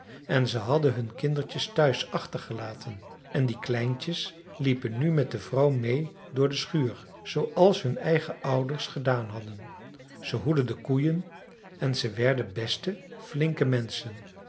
en zij hadden hun kindertjes thuis achtergelaten en die kleintjes liepen nu met de vrouw meê door de schuur zooals hun eigen ouders gedaan hadden zij hoedden de koeien en ze werden beste flinke menschen